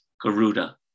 Garuda